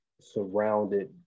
surrounded